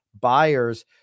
buyers